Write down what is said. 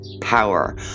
power